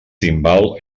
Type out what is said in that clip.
timbal